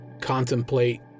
contemplate